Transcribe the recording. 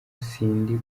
sindi